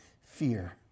fear